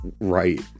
right